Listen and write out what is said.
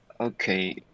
Okay